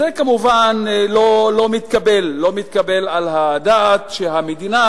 זה כמובן לא מתקבל על הדעת שהמדינה